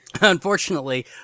Unfortunately